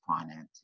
financing